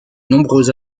nombreux